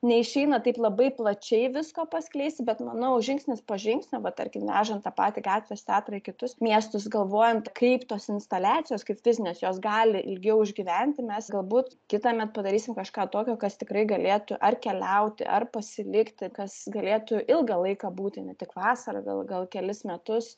neišeina taip labai plačiai visko paskleisti bet manau žingsnis po žingsnio vat tarkime vežant tą patį gatvės teatrą į kitus miestus galvojant kaip tos instaliacijos kaip fizinės jos gali ilgiau išgyventi mes galbūt kitąmet padarysim kažką tokio kas tikrai galėtų ar keliauti ar pasilikti kas galėtų ilgą laiką būti ne tik vasarą gal gal kelis metus